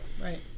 right